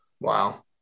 Wow